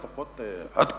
לפחות עד כה,